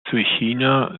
china